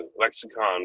lexicon